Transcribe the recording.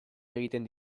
egiten